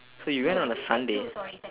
so you went on a sunday